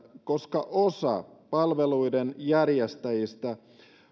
koska osa palveluiden järjestäjistä